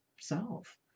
self